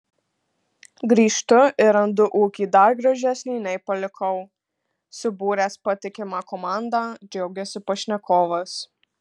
grįžtu ir randu ūkį dar gražesnį nei palikau subūręs patikimą komandą džiaugiasi pašnekovas